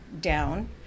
down